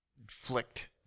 inflict